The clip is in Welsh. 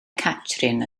catrin